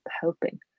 helping